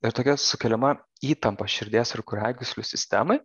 ir tokia sukeliama įtampa širdies ir kraujagyslių sistemai